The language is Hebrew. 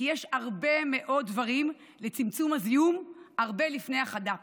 כי יש הרבה מאוד דברים לצמצום הזיהום הרבה לפני החד"פ,